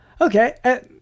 okay